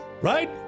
right